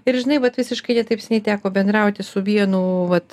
ir žinai vat visiškai ne taip seniai teko bendrauti su vienu vat